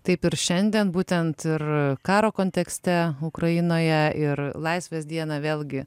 taip ir šiandien būtent ir karo kontekste ukrainoje ir laisvės dieną vėlgi